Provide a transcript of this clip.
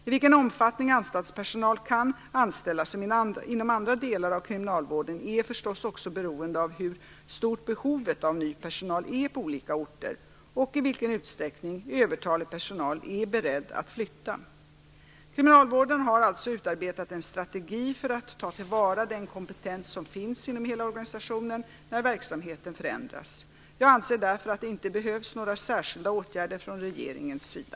I viken omfattning anstaltspersonal kan anställas inom andra delar av kriminalvården är förstås också beroende av hur stort behovet av ny personal är på olika orter och i vilken utsträckning övertalig personal är beredd att flytta. Kriminalvården har alltså utarbetat en strategi för att ta till vara den kompetens som finns inom hela organisationen när verksamheten förändras. Jag anser därför att det inte behövs några särskilda åtgärder från regeringens sida.